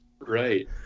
Right